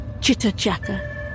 chitter-chatter